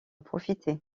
profiter